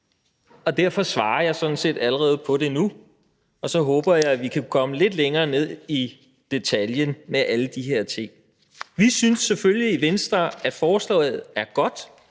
og derfor svarer jeg sådan set allerede på det nu, og så håber jeg, at vi kan komme lidt længere ned i detaljen med alle de her ting. Vi synes selvfølgelig i Venstre, at forslaget er godt,